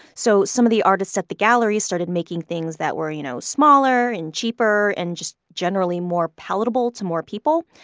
so some of the artists at the gallery started making things that were you know smaller and cheaper and just generally more palatable to more people.